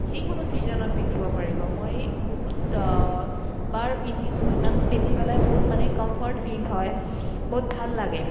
যিকোনো ছিজ'নত পিন্ধিব পাৰিব মই বহুত বাৰ পিন্ধিছোঁ ইমান পিন্ধি পেলায় বহুত মানে কমফৰ্ট ফীল হয় বহুত ভাল লাগে